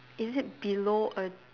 is it below a